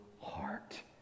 heart